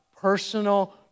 personal